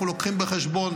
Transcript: אנחנו לוקחים בחשבון